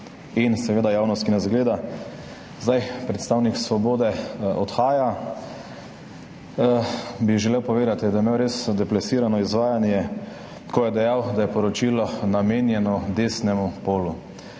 in javnost, ki nas gleda! Predstavnik Svobode odhaja. Želel bi povedati, da je imel res deplasirano izvajanje, ko je dejal, da je poročilo namenjeno desnemu polu,